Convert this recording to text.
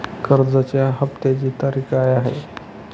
कर्जाचा हफ्त्याची तारीख काय आहे?